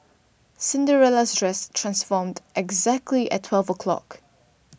Cinderella's dress transformed exactly at twelve o'clock